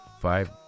five